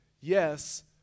yes